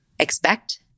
expect